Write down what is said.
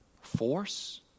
force